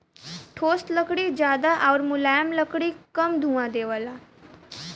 ठोस लकड़ी जादा आउर मुलायम लकड़ी कम धुंआ देवला